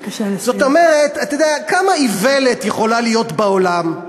זאת אומרת, כמה איוולת יכולה להיות בעולם,